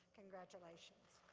congratulations.